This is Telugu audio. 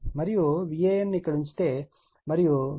మరియు VAN ను ఇక్కడ ఉంచితే మరియు VCN VAN ∠1200